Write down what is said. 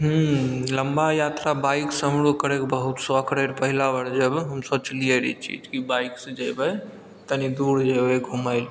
लम्बा यात्रा बाइकसँ हमरो करै कऽ बहुत सोख रहै रऽ पहिला बार जब हम सोचलियै रऽ ई चीज कि बाइकसँ जेबै तनी दूर जेबै घूमै लऽ